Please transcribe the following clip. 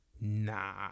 nah